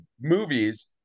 movies